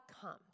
comes